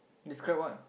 describe what